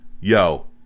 Yo